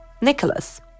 Nicholas